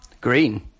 Green